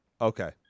Okay